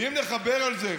ואם נחבר אל זה,